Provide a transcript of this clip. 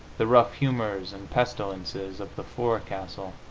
the rough humors and pestilences of the forecastle